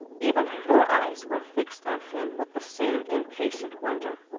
even her eyes were fixed on him with the same impatient wonder.